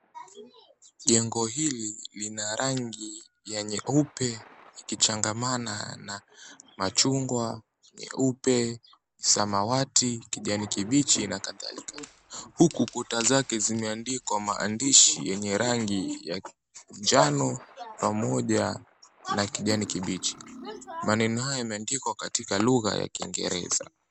Jengo hili lina rangi ya nyeupe ikichangamana na machungwa, nyeupe, samawati, kijani kibichi na kadhalika huku kuta zake zimeandikwa maandishi yenye rangi ya njano pamoja na kijani kibichi. Maneno haya yameandikwa katika lugha ya kiingereza.